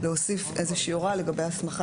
להוסיף איזושהי הוראה לגבי הסמכה